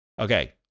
Okay